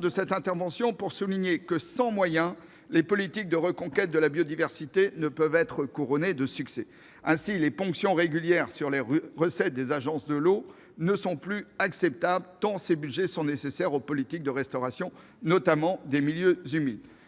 de cette intervention pour souligner que, sans moyens, les politiques de reconquête de la biodiversité ne peuvent être couronnées de succès. Ainsi, les ponctions régulières sur les recettes des agences de l'eau ne sont plus acceptables, tant le budget de ces organismes est nécessaire aux politiques de restauration des milieux humides.